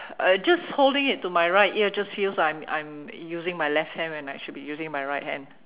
uh just holding it to my right ear just feels like I'm I'm using my left hand when I should be using my right hand